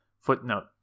Footnote